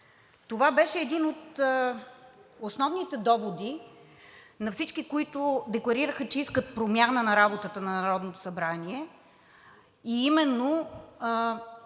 Това беше един от основните доводи на всички, които декларираха, че искат промяна на работата на Народното събрание, а именно